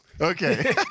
Okay